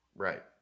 Right